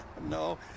No